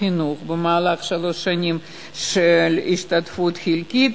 חינוך במהלך שלוש שנים בהשתתפות חלקית,